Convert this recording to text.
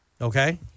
Okay